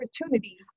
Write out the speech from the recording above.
opportunity